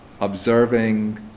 observing